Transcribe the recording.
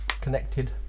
connected